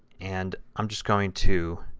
and i'm just going to